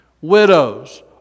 Widows